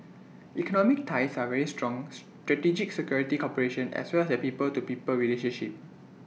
economic ties are very strong strategic security cooperation as well as the people to people relationship